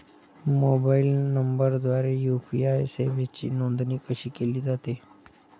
Mobile नंबरद्वारे UPI सेवेची नोंदणी कशी केली जाते?